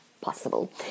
possible